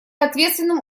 ответственным